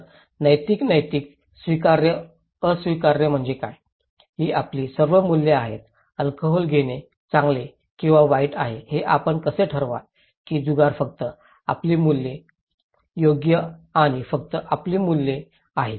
तर नैतिक नैतिक स्वीकारार्ह अस्वीकार्य म्हणजे काय ही आपली सर्व मूल्ये आहेत अल्कोहोल घेणे चांगले किंवा वाईट आहे हे आपण कसे ठरवाल की जुगार फक्त आपली मूल्ये योग्य आणि फक्त आपली मूल्ये आहेत